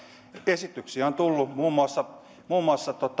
esityksiä on tullut muun muassa muun muassa